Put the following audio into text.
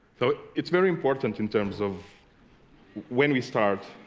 so it's very important in terms of when we start